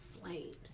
flames